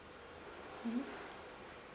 mmhmm